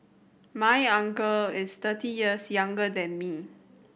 my uncle is thirty years younger than me